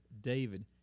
David